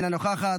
אינה נוכחת,